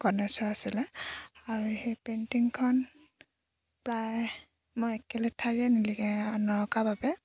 গণেশৰ আছিলে আৰু সেই পেইণ্টিংখন প্ৰায় মই একেলেঠাৰিয়ে নিল নঅঁকাৰ বাবে